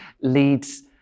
leads